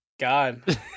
God